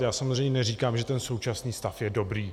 Já samozřejmě neříkám, že současný stav je dobrý.